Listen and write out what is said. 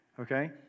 okay